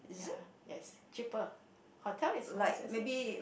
ya yes cheaper hotel is more expensive